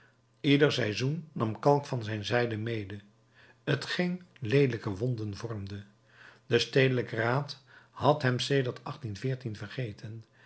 ieder seizoen nam kalk van zijn zijden mede t geen leelijke wonden vormde de stedelijke raad had hem sedert vergeten